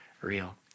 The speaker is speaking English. real